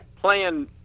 playing